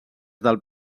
del